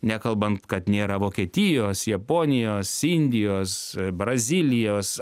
nekalbant kad nėra vokietijos japonijos indijos brazilijos